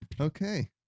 Okay